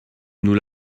nous